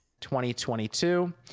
2022